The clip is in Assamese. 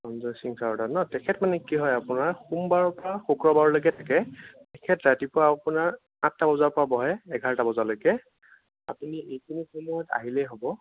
সঞ্জয় সিং ছাৰৰ তাত ন' তেখেত মানে কি হয় আপোনাৰ সোমবাৰৰ পৰা শুক্ৰবাৰলৈকে থাকে তেখেত ৰাতিপুৱা আপোনাৰ আঠটা বজাৰ পৰা বহে এঘাৰটা বজালৈকে আপুনি সেইখিনি সময়ত আহিলেই হ'ব